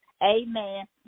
amen